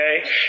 Okay